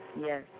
Yes